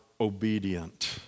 obedient